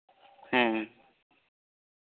ᱦᱮᱸ